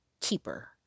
keeper